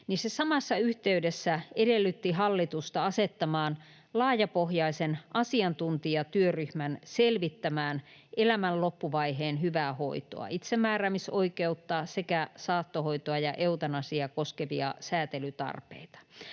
se samassa yhteydessä edellytti hallitusta asettamaan laajapohjaisen asiantuntijatyöryhmän selvittämään elämän loppuvaiheen hyvää hoitoa, itsemääräämisoikeutta sekä saattohoitoa ja eutanasiaa koskevia sääntelytarpeita,